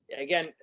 Again